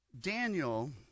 Daniel